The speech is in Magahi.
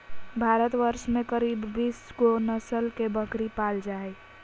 भारतवर्ष में करीब बीस गो नस्ल के बकरी पाल जा हइ